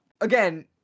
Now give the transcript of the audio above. again